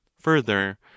further